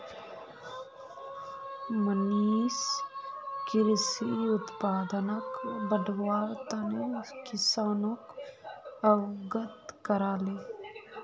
मनीष कृषि उत्पादनक बढ़व्वार तने किसानोक अवगत कराले